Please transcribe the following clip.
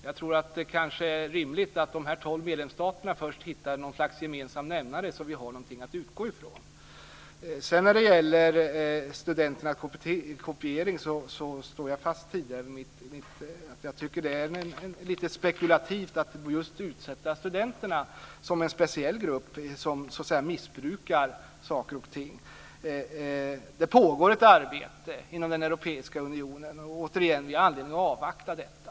Jag tror att det är rimligt att de tolv medlemsstaterna först hittar något slags gemensam nämnare så att vi har någonting att utgå från. När det sedan gäller studenternas kopiering står jag fast vid att jag tycker att det är lite spekulativt att just utpeka studenterna som en speciell grupp som missbrukar saker och ting. Det pågår ett arbete inom den europeiska unionen, och återigen: Vi har anledning att avvakta detta.